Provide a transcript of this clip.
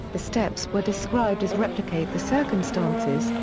the steps were described as replicate the circumstances,